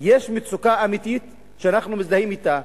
יש מצוקה אמיתית, שאנחנו מזדהים אתה,